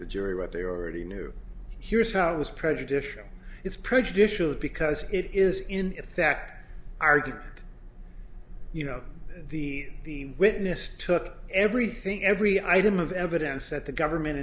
the jury what they already knew here's how it was prejudicial it's prejudicial because it is in effect arguing you know the witness took everything every item of evidence that the government